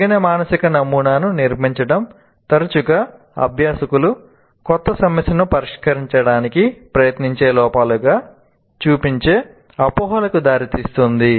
తగిన మానసిక నమూనాను నిర్మించడం తరచుగా అభ్యాసకులు కొత్త సమస్యను పరిష్కరించడానికి ప్రయత్నించే లోపాలుగా చూపించే అపోహలకు దారితీస్తుంది